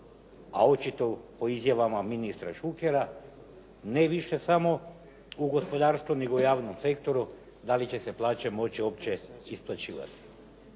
a očito prema izjavama Šukera ne više samo u gospodarstvu nego u javnom sektoru, da li će se plaće moći uopće isplaćivati.